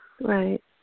right